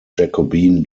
jacobean